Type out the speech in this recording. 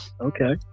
Okay